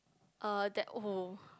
uh that oh